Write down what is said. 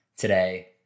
today